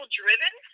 driven